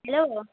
hello